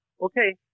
okay